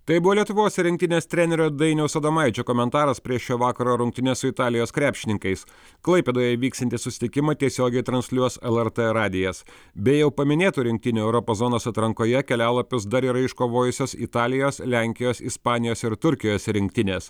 tai buvo lietuvos rinktinės trenerio dainiaus adomaičio komentaras prie šio vakaro rungtynes su italijos krepšininkais klaipėdoje vyksiantį susitikimą tiesiogiai transliuos lrt radijas be jau paminėtų rinktinių europos zonos atrankoje kelialapius dar yra iškovojusios italijos lenkijos ispanijos ir turkijos rinktinės